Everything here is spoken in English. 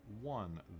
one